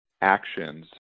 actions